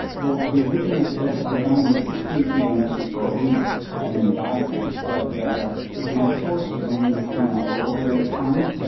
well, the original study design was to feed ketone esters for a week and then dive them. but my source was only making like a little bit at a time,